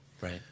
right